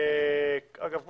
אגב,